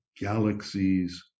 galaxies